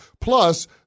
Plus